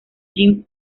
jim